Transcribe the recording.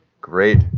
great